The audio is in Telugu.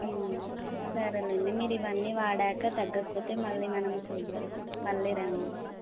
సరే అండి మీరు ఇవన్నీ వాడాక తగ్గకపోతే మళ్ళీ మనం చూద్దాం మళ్ళీ రండి